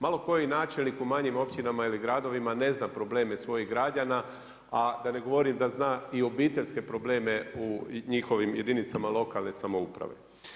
Malo koji načelnih u manjim općinama ili gradovima ne zana probleme svojih građana, a da ne govorim da zna i obiteljske probleme u njihovim jedinicama lokalne samouprave.